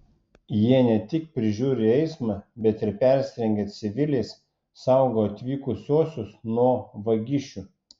jie ne tik prižiūri eismą bet ir persirengę civiliais saugo atvykusiuosius nuo vagišių